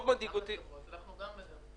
גם לחברות, אנחנו גם וגם.